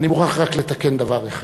אני מוכרח רק לתקן דבר אחד.